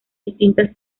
distintas